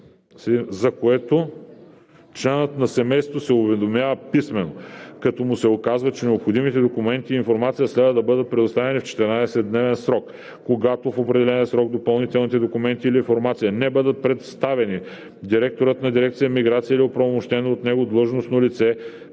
за което членът на семейството се уведомява писмено, като му се указва, че необходимите документи и информация следва да бъдат представени в 14-дневен срок. Когато в определения срок допълнителните документи или информация не бъдат представени, директорът на дирекция „Миграция“ или оправомощено от него длъжностно лице